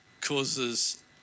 causes